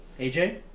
AJ